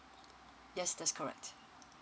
yes that's correct